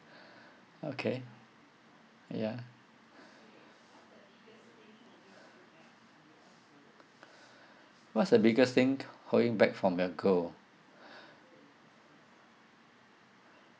okay ya what's the biggest thing holding back from your goal